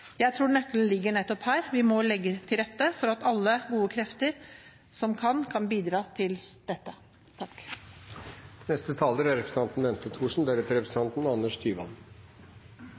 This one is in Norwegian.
Jeg tror nøkkelen ligger nettopp her. Vi må legge til rette for at alle gode krefter som kan bidra,